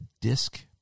DISC